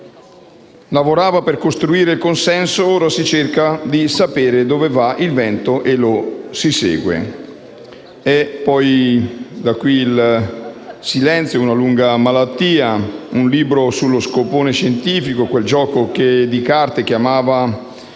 lavorava per costruire il consenso, ora si cerca di sapere dove va il vento e lo si segue». Poi il silenzio e una lunga malattia. E un libro sullo scopone, quel gioco di carte che amava